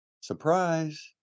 surprise